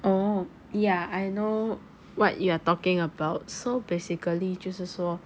oh ya I know what you are talking about so basically 就是说